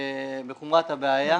בחומרת הבעיה.